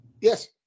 Yes